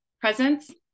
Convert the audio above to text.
presence